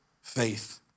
faith